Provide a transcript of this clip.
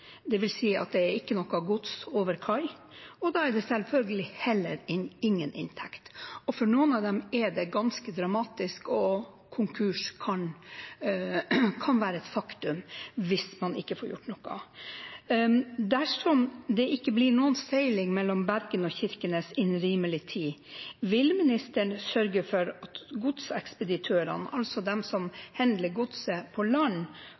vil si at det ikke er noe gods over kai, og da er det selvfølgelig heller ingen inntekt. For noen av dem er det ganske dramatisk, og konkurs kan være et faktum hvis man ikke får gjort noe. Dersom det ikke blir noen seiling mellom Bergen og Kirkenes innen rimelig tid, vil ministeren sørge for at godsekspeditørene, altså de som behandler godset på land,